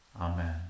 Amen